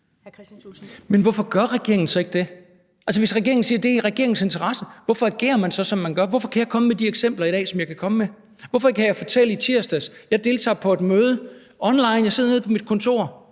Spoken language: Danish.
Men hvorfor gør regeringen så ikke det? Altså, hvis regeringen siger, at det er i regeringens interesse, hvorfor agerer man så, som man gør? Hvorfor kan jeg komme med de eksempler i dag, som jeg kan komme med? I tirsdags deltog jeg i et møde online, hvor jeg sad nede på mit kontor.